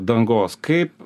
dangos kaip